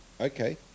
okay